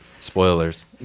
Spoilers